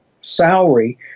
salary